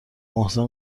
محسن